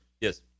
Yes